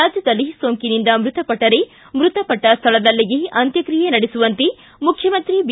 ರಾಜ್ಯದಲ್ಲಿ ಸೋಂಕಿನಿಂದ ಮೃತಪಟ್ಟರೆ ಮೃತಪಟ್ಟ ಸ್ಥಳದಲ್ಲಿಯೇ ಅಂತ್ಯಕ್ರಿಯೆ ನಡೆಸುವಂತೆ ಮುಖ್ಯಮಂತ್ರಿ ಬಿ